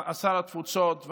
שר התפוצות,